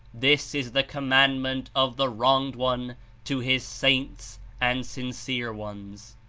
this is the commandment of the wronged one to his saints and sincere ones.